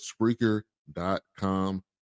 Spreaker.com